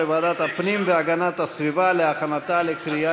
לוועדת הפנים והגנת הסביבה נתקבלה.